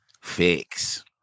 Fix